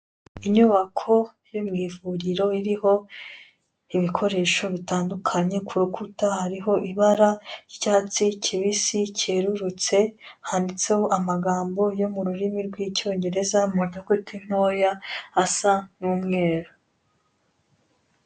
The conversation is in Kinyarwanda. Inyubako iri mu ivuriro iriho ibikoresho bitandukanye, ku rukuta hariho ibara ry'icyatsi kibisi kerurutse, handitseho amagambo yo mu rurimi rw'Icyongereza mu nyuguti ntoya asa n'umweru.